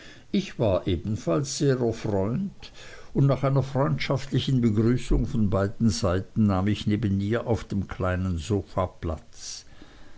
ich war ebenfalls sehr erfreut und nach einer freundschaftlichen begrüßung von beiden seiten nahm ich neben ihr auf dem kleinen sofa platz